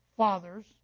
fathers